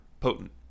potent